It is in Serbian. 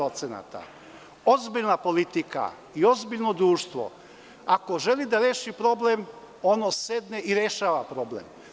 Ozbiljna politika i ozbiljno društvo, ako želi da reši problem, ono sedne i rešava problem.